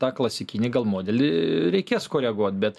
tą klasikinį gal modelį reikės koreguot bet